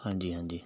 ਹਾਂਜੀ ਹਾਂਜੀ